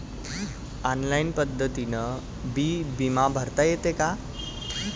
Online पद्धतीनं बी बिमा भरता येते का?